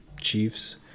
Chiefs